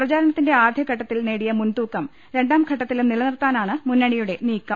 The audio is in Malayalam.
പ്രചാരണത്തിന്റെ ആദ്യഘട്ടത്തിൽ നേടിയ മുൻതൂക്കം രണ്ടാംഘട്ടത്തിലും നിലനിർത്താനാണ് മുന്ന ണിയുടെ നീക്കം